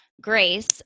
grace